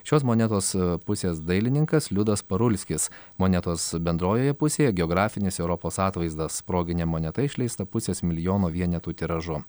šios monetos pusės dailininkas liudas parulskis monetos bendrojoje pusėje geografinis europos atvaizdas proginė moneta išleista pusės milijono vienetų tiražu